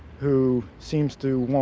who seems to